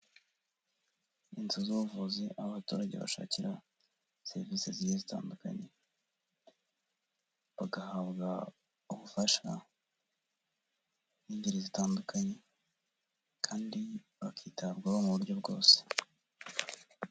Inzu z'ubuvuzi, aho abaturage bashakira serivisi zigiye zitandukanye, bagahabwa ubufasha n'ingeri zitandukanye kandi bakitabwaho mu buryo bwose.